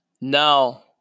Now